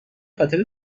خاطر